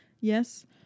Yes